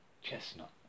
Chestnut